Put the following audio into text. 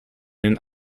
den